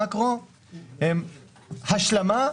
האם יש לו"ז,